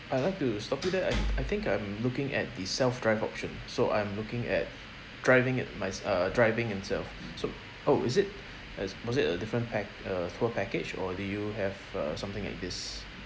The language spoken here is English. I'd like to stop you there I I think I'm looking at the self-drive option so I'm looking at driving it mys~ uh driving himself so oh is it as was it a different pack~ uh tour package or do you have uh something like this